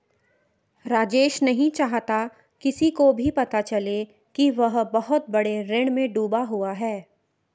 राजेश नहीं चाहता किसी को भी पता चले कि वह बहुत बड़े ऋण में डूबा हुआ है